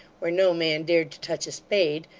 where no man dared to touch a spade,